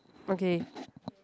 okay